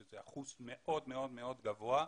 שזה אחוז מאוד מאוד מאוד גבוה ומוצדק,